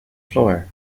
floor